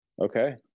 Okay